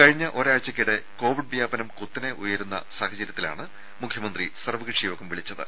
കഴിഞ്ഞ ഒരാഴ്ചക്കിടെ കോവിഡ് വ്യാപനം കുത്തനെ ഉയരുന്ന സാഹചര്യത്തിലാണ് മുഖ്യമന്ത്രി സർവ്വകക്ഷി യോഗം വിളിച്ചത്